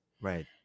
Right